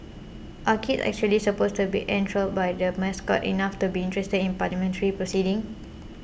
are kids actually supposed to be enthralled by the Mascot enough to be interested in parliamentary proceedings